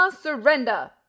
surrender